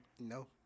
No